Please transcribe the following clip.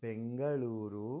Bengaluru